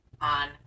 on